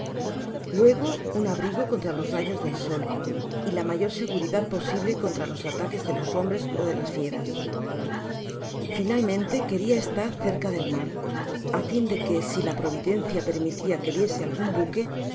luego un abrigo contra los rayos del sol y la mayor seguridad posible contra los ataques de los hombres ó de las fieras qoalmente queria estar cerca del mar á fin de qu si la providencia permitia que viese algun buque